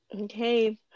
Okay